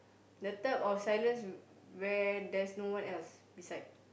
the type of silence where there's no one else beside